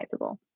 customizable